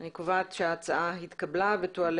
אין הצעת חוק הרשויות המקומיות (בחירות) (תיקון מס' 52,